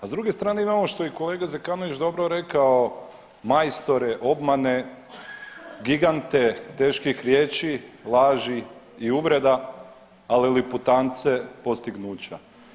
A s druge strane imamo što je i kolega Zekanović dobro rekao majstore obmane, gigante teških riječi, laži i uvreda, ali liputance postignuća.